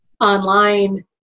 online